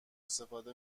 استفاده